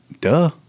Duh